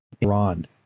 Iran